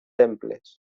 temples